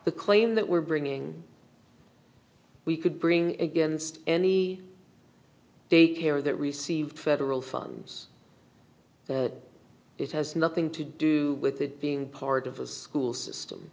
the claim that we're bringing we could bring against any daycare that received federal funds it has nothing to do with it being part of a school system